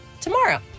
tomorrow